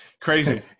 Crazy